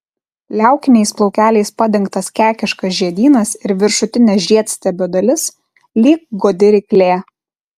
liaukiniais plaukeliais padengtas kekiškas žiedynas ir viršutinė žiedstiebio dalis lyg godi ryklė